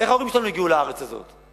איך ההורים שלנו הגיעו לארץ הזאת?